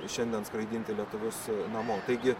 šiandien skraidinti lietuvius namo taigi